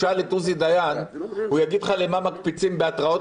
תשאל את עוזי דיין והוא יגיד לך למה מקפיצים בהתרעות